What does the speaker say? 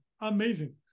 amazing